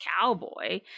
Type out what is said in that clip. cowboy